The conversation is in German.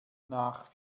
nach